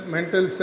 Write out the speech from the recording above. Mental